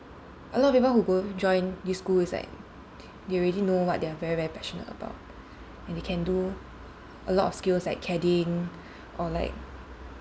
a lot of people who go join this school is like they already know what they're very very passionate about and they can do a lot of skills like CADing or like